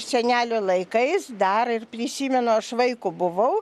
senelio laikais dar ir prisimenu aš vaiku buvau